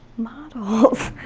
models,